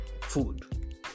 food